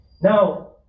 Now